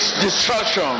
destruction